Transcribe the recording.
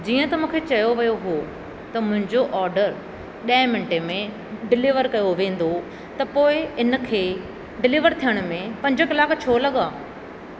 जीअं त मूंखे चयो वियो हो त मुंहिंजो ऑडर ॾह मिंटे में डिलीवर कयो वेंदो त पोएं इन खे डिलीवर थियण में पंज कलाक छो लॻा